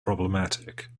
problematic